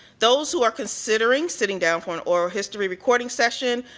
those who are considering sitting down for an oral history recording session,